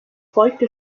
folgte